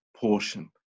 portion